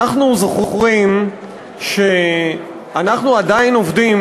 אנחנו זוכרים שאנחנו עדיין עובדים,